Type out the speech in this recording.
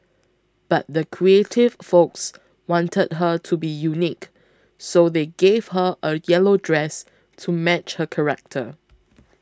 but the creative folks wanted her to be unique so they gave her a yellow dress to match her character